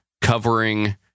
covering